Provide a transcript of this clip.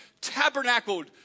tabernacled